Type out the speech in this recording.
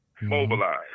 Mobilize